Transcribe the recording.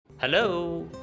Hello